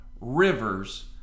rivers